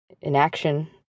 inaction